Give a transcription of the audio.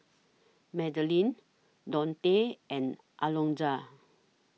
Madilynn Dontae and Alonzo